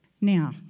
Now